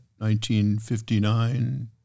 1959